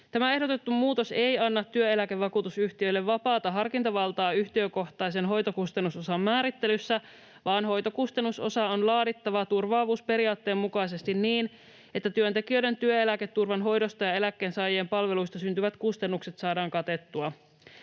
Tämä ehdotettu muutos ei anna työeläkevakuutusyhtiöille vapaata harkintavaltaa yhtiökohtaisen hoitokustannusosan määrittelyssä, vaan hoitokustannusosa on laadittava turvaavuusperiaatteen mukaisesti niin, että työntekijöiden työeläketurvan hoidosta ja eläkkeensaajien palveluista syntyvät kustannukset saadaan katettua.